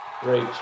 Great